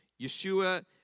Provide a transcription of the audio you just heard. Yeshua